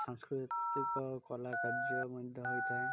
ସାଂସ୍କୃତିକ କଳା କାର୍ଯ୍ୟ ମଧ୍ୟ ହୋଇଥାଏ